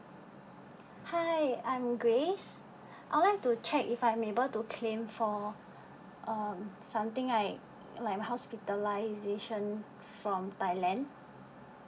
hi I'm grace I'd like to check if I'm able to claim for um something like like my hospitalisation from thailand